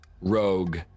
rogue